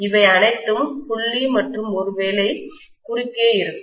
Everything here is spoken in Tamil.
இவை அனைத்தும் புள்ளி மற்றும் ஒருவேளை குறுக்கே இருக்கும்